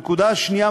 הנקודה השנייה,